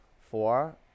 Four